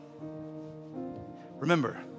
Remember